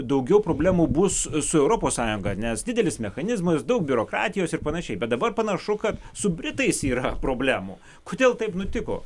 daugiau problemų bus su europos sąjunga nes didelis mechanizmas daug biurokratijos ir panašiai bet dabar panašu kad su britais yra problemų kodėl taip nutiko